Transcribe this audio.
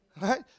right